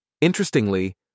Interestingly